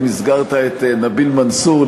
אם הזכרת את נביל מנסור,